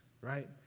right